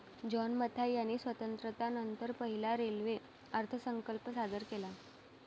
John Mathai यांनी स्वातंत्र्यानंतर पहिला रेल्वे अर्थसंकल्प सादर केला